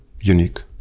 unique